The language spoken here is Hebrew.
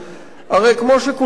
הרי כמו שכולנו יודעים,